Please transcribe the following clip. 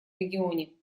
регионе